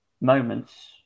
moments